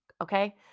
okay